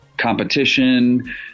competition